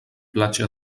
platja